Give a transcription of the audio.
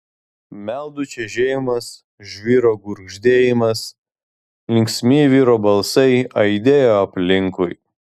meldų čežėjimas žvyro gurgždėjimas linksmi vyrų balsai aidėjo aplinkui